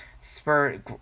spur